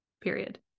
period